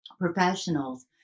professionals